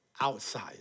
outside